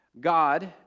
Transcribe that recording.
God